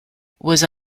was